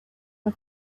for